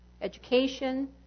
education